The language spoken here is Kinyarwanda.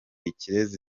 ikirezi